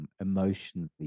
emotionally